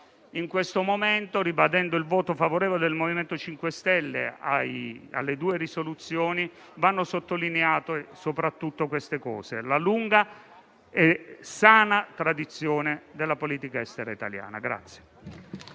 in questo momento, ribadendo il voto favorevole del MoVimento 5 Stelle alle due proposte di risoluzione, vada sottolineata soprattutto la lunga e sana tradizione della politica estera italiana